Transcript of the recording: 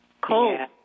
Cool